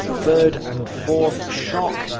third and fourth shock,